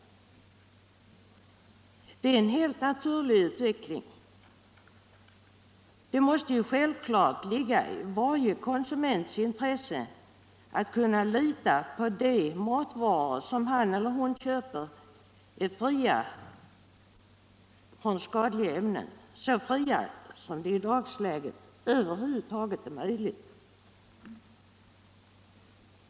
Det är en helt naturlig utveckling. Det måste självklart ligga i varje konsuments intresse att kunna lita på att de matvaror som han eller hon köper är så fria från skadliga ämnen som det i dagsläget över huvud taget är möjligt.